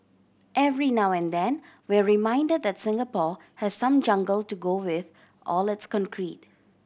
every now and then we're reminded that Singapore has some jungle to go with all its concrete